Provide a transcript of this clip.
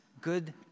good